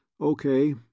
Okay